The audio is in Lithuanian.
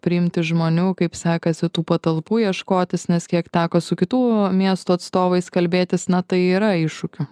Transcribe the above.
priimti žmonių kaip sekasi tų patalpų ieškotis nes kiek teko su kitų miestų atstovais kalbėtis na tai yra iššūkių